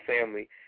family